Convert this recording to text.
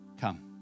Come